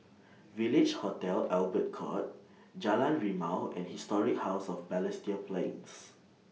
Village Hotel Albert Court Jalan Rimau and Historic House of Balestier Plains